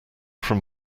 from